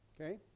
okay